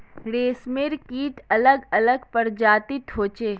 रेशमेर कीट अलग अलग प्रजातिर होचे